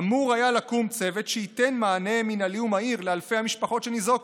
אמור היה לקום צוות שייתן מענה מינהלי ומהיר לאלפי המשפחות שניזוקו.